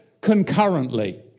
concurrently